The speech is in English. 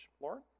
Lauren